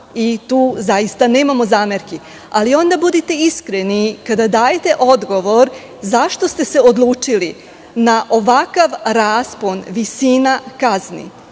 i tu zaista nemamo zamerki, ali onda budite iskreni kada dajete odgovor – zašto ste se odlučili na ovakav raspon visina kazni?